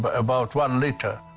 but about one liter.